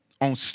on